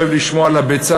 לא אוהב לשמוע על הביצה,